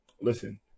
listen